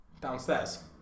downstairs